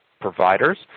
Providers